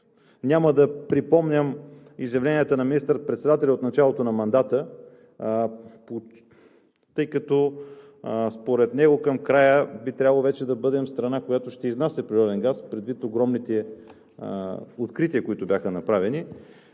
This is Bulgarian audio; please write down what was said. Няма да припомням изявленията на министър-председателя от началото на мандата, тъй като според него към края би трябвало вече да бъдем страна, която ще изнася природен газ, предвид огромните открития, които бяха направени.